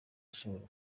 ashobora